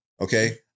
Okay